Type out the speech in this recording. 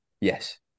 Yes